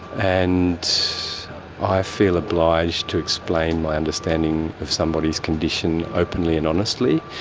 and i feel obliged to explain my understanding of somebody's condition openly and honestly.